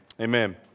Amen